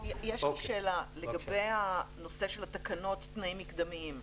לגבי הנושא של התקנות, תנאים מקדמיים.